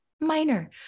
minor